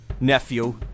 nephew